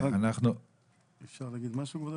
סליחה, היושב-ראש, אפשר להגיד משהו?